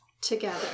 together